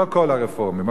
לא כל הרפורמים,